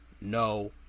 no